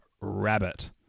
Rabbit